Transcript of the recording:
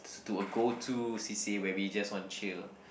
is to a go to c_c_a where we just want chill